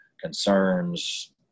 concerns